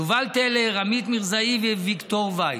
ליובל טלר, עמית מירזאי וויקטור וייס.